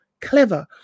clever